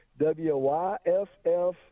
WYFF